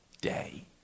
day